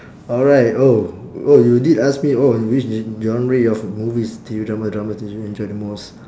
alright oh oh you did ask me oh which g~ genre of movies T_V drama dramas did you enjoy the most